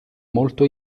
molto